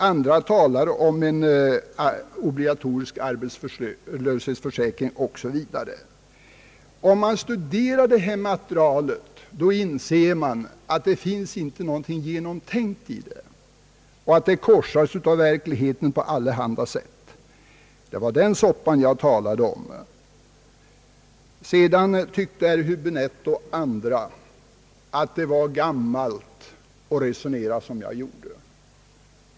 Andra talar om en obligatorisk arbetslöshetsförsäkring osv. Om man studerar det föreliggande materialet inser man, att det inte finns någonting genomtänkt i det och att det korsas av verkligheten på allehanda sätt. Det var den »soppan» jag talade om. Vidare tyckte herr Häbinette och andra talare att det var »gammalt» att resonera som jag gjorde.